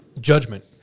judgment